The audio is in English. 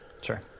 sure